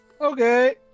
Okay